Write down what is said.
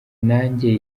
nanjye